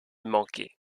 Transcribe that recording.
manquer